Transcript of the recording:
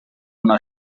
una